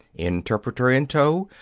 interpreter in tow,